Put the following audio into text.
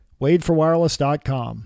WadeForWireless.com